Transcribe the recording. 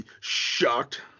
shocked